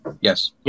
Yes